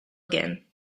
again